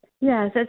Yes